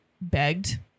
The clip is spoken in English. begged